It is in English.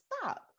stop